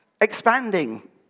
expanding